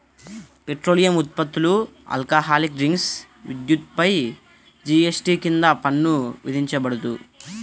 petroleum ఉత్పత్తులు, alcoholic drinks, విద్యుత్పై GST కింద పన్ను విధించబడదు